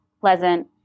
pleasant